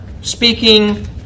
speaking